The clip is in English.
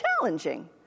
challenging